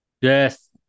yes